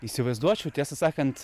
įsivaizduočiau tiesą sakant